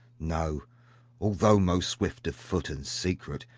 no although most swift of foot and secret,